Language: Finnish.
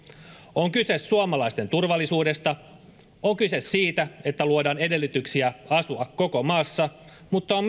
on kyse suomalaisten turvallisuudesta on kyse siitä että luodaan edellytyksiä asua koko maassa mutta on